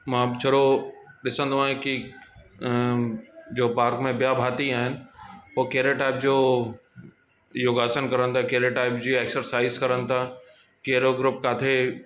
मां बि चरो ॾिसंदो आयां की जो पार्क में ॿिया भाती आहिनि हो कहिड़े टाइप जो योगासन करण था कहिड़े टाइप जी एक्सरसाइज करण था कहिड़ो ग्रुप किथे